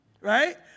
right